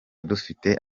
dufite